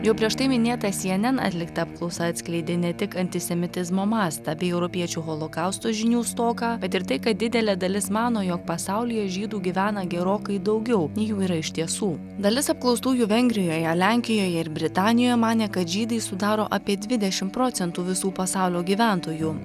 jau prieš tai minėta sy en en atlikta apklausa atskleidė ne tik antisemitizmo mastą bei europiečių holokausto žinių stoką bet ir tai kad didelė dalis mano jog pasaulyje žydų gyvena gerokai daugiau nei jų yra iš tiesų dalis apklaustųjų vengrijoje lenkijoje ir britanijoje manė kad žydai sudaro apie dvidešim procentų visų pasaulio gyventojų